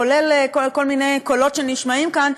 כולל כל מיני קולות שנשמעים כאן,